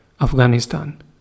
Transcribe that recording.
Afghanistan